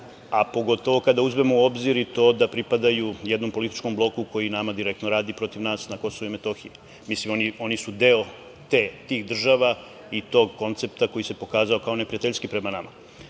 a pogotovo kada uzmemo u obzir i to da pripadaju jednom političkom bloku koji nama radi direktno protiv nas KiM. Mislim, oni su deo tih država i tog koncepta koji se pokazao kao neprijateljski prema nama. Onda,